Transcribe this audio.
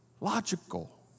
logical